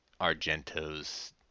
Argento's